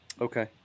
okay